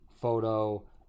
photo